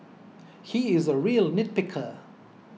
he is a real nitpicker